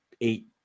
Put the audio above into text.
eight